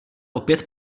opět